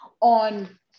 on